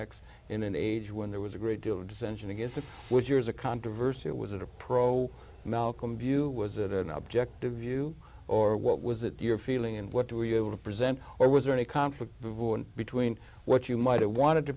max in an age when there was a great deal of dissension against it was yours a controversy it was it a pro malcolm view was it an objective view or what was it your feeling and what were you able to present or was there any conflict void between what you might have wanted to